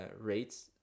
rates